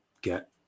get